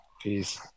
Peace